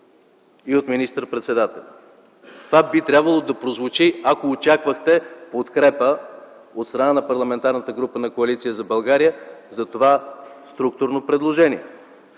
и от министър-председателя. Това би трябвало да прозвучи, ако очаквахте подкрепа от страна на Парламентарната група на Коалиция за България за това структурно предложение.